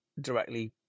directly